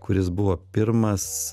kuris buvo pirmas